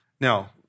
Now